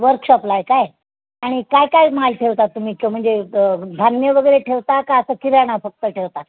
वर्कशॉपला आहे काय आणि काय काय माल ठेवतात तुम्ही म्हणजे धान्यवगैरे ठेवता का असं किराणा फक्त ठेवता